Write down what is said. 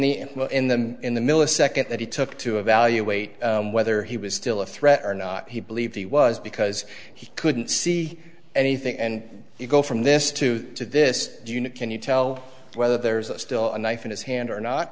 the in the in the millisecond that he took to evaluate whether he was still a threat or not he believed he was because he couldn't see anything and you go from this to to this unit can you tell whether there's still a knife in his hand or not